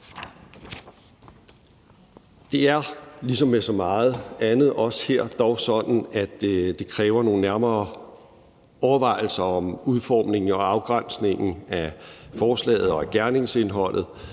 Det er, ligesom med så meget andet, også her dog sådan, at det kræver nogle nærmere overvejelser om udformningen og afgrænsningen af forslaget og af gerningsindholdet,